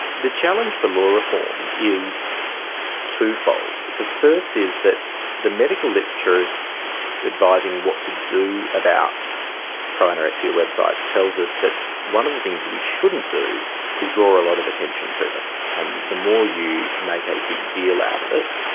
the challenge for law reform is twofold. the first is that the medical literature advising what to do about pro-anorexia websites tells us that one of the things we shouldn't do is draw a lot of attention to them, and the more you make a big deal out of it,